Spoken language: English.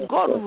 God